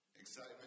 Excitement